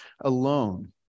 alone